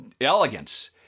elegance